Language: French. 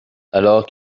alors